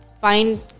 find